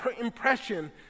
impression